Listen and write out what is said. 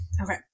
Okay